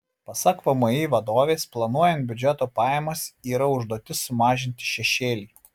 pasak vmi vadovės planuojant biudžeto pajamas yra užduotis sumažinti šešėlį